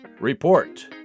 Report